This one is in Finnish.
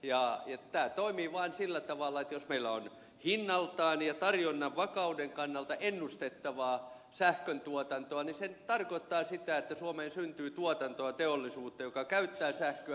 tämä toimii vain sillä tavalla että jos meillä on hinnaltaan ja tarjonnan vakauden kannalta ennustettavaa sähköntuotantoa niin se tarkoittaa sitä että suomeen syntyy tuotantoa teollisuutta joka käyttää sähköä